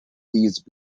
these